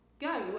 go